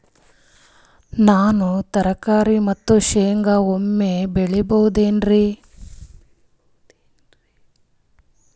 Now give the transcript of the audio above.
ನಾನು ತರಕಾರಿ ಮತ್ತು ಶೇಂಗಾ ಒಮ್ಮೆ ಬೆಳಿ ಬಹುದೆನರಿ?